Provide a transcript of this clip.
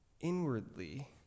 inwardly